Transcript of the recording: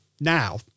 now